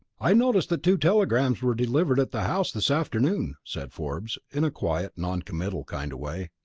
i noticed that two telegrams were delivered at the house this afternoon, said forbes, in a quiet, non-committal kind of way.